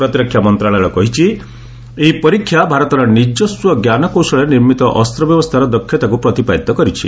ପ୍ରତିରକ୍ଷା ମନ୍ତ୍ରଣାଳୟ କହିଛି' ଏହି ପରୀକ୍ଷା ଭାରତର ନିଜସ୍ୱ ଜ୍ଞାନ କୌଶଳରେ ନିର୍ମିତ ଅସ୍ତ ବ୍ୟବସ୍ଥାର ଦକ୍ଷତାକୁ ପ୍ରତିପାଦିତ କରିଛି